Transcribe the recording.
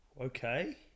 Okay